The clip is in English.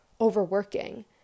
overworking